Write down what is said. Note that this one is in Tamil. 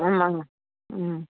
ஆமாங்க ம்